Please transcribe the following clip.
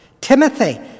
Timothy